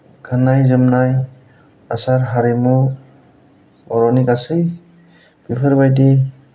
गाननाय जोमनाय आसार हारिमु बर'नि गासै बेफोरबायदि